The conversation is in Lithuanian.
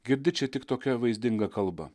girdi čia tik tokia vaizdinga kalba